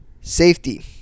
safety